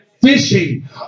fishing